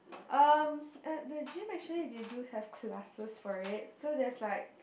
um at the gym actually they do have classes for it so there's like